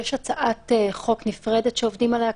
יש הצעת חוק נפרדת שעובדים עליה,